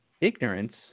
ignorance